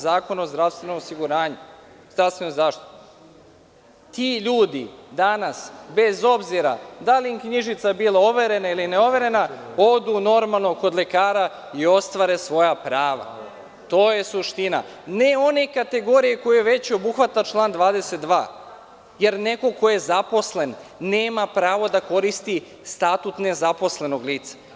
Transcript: Zakona o zdravstvenoj zaštiti, ti ljudi danas, bez obzira da li im je knjižica overene ili neoverena, odu normalno kod lekara i ostvare svoja prava, to je suština, ne one kategorije koje već obuhvata član 22, jer neko ko je zaposlen nema pravo da koristi statut nezaposlenog lica.